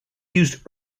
used